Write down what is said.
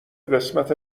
قسمت